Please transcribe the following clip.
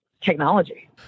technology